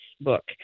book